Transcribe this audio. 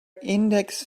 index